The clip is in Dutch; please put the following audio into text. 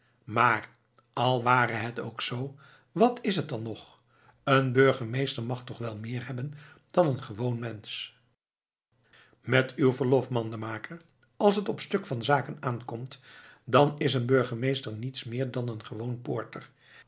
maar al ware het ook zoo wat is het dan nog een burgemeester mag toch wel wat meer hebben dan een gewoon mensch met uw verlof mandenmaker als het op stuk van zaken aankomt dan is een burgemeester niets meer dan een gewoon poorter